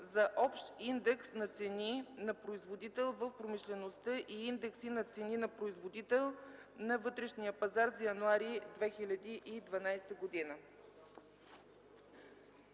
за общ индекс на цени на производител в промишлеността и индекси на цени на производител на вътрешния пазар за януари 2012 г.